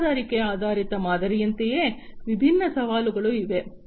ಚಂದಾದಾರಿಕೆ ಆಧಾರಿತ ಮಾದರಿಯಂತೆಯೇ ವಿಭಿನ್ನ ಸವಾಲುಗಳೂ ಇವೆ